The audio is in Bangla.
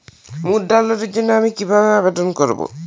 মুদ্রা লোনের জন্য আমি কিভাবে আবেদন করবো?